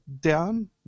down